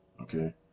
okay